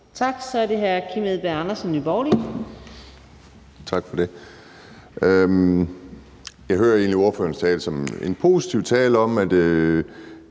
Kl. 17:58 Kim Edberg Andersen (NB): Tak for det. Jeg hører egentlig ordførerens tale som en positiv tale om, at